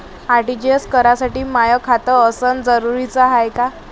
RTGS करासाठी माय खात असनं जरुरीच हाय का?